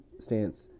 stance